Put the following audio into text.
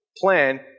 plan